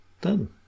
done